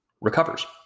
recovers